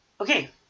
Okay